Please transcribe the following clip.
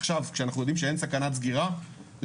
עכשיו כשאנחנו יודעים שאין סכנת סגירה,